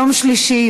יום שלישי,